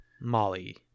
Molly